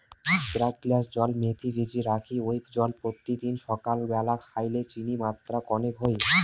এ্যাক গিলাস জল মেথি ভিজি রাখি ওই জল পত্যিদিন সাকাল ব্যালা খাইলে চিনির মাত্রা কণেক হই